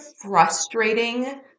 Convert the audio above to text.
frustrating